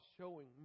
showing